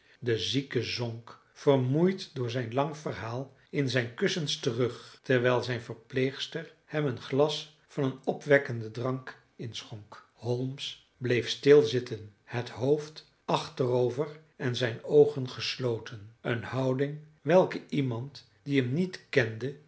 de zieke zonk vermoeid door zijn lang verhaal in zijn kussens terug terwijl zijn verpleegster hem een glas van een opwekkenden drank inschonk holmes bleef stil zitten het hoofd achterover en zijn oogen gesloten een houding welke iemand die hem niet kende